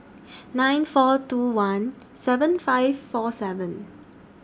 nine four two one seven five four seven